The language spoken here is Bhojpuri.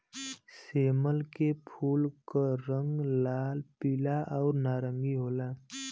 सेमल के फूल क रंग लाल, पीला आउर नारंगी होला